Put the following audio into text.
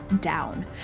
down